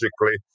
logically